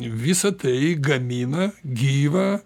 visa tai gamina gyvą